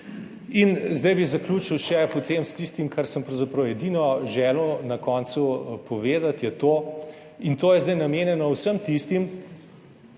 In zdaj bi zaključil še s tistim, kar sem pravzaprav edino želel na koncu povedati, in to je zdaj namenjeno vsem tistim,